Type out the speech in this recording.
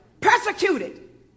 Persecuted